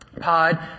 pod